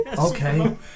Okay